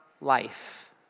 life